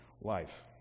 life